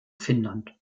finnland